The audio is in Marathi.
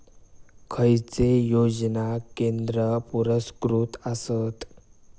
खैचे योजना केंद्र पुरस्कृत आसत?